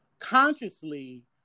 consciously